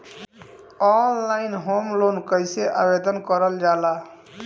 Online home loan कैसे आवेदन करल जा ला?